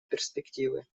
перспективы